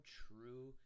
true